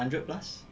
hundred plus